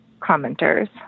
commenters